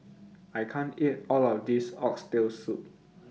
I can't eat All of This Oxtail Soup